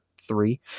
three